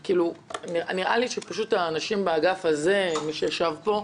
נראה לי שהאנשים באגף הזה, מי שישב פה,